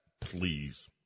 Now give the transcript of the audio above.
please